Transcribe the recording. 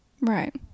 Right